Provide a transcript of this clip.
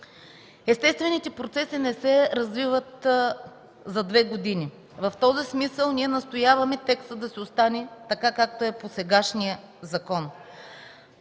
Естествените процеси не се развиват за две години. В този смисъл ние настояваме текстът да си остане както е по сегашния закон.